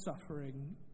suffering